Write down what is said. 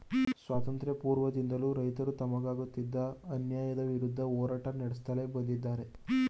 ಸ್ವಾತಂತ್ರ್ಯ ಪೂರ್ವದಿಂದಲೂ ರೈತರು ತಮಗಾಗುತ್ತಿದ್ದ ಅನ್ಯಾಯದ ವಿರುದ್ಧ ಹೋರಾಟ ನಡೆಸುತ್ಲೇ ಬಂದಿದ್ದಾರೆ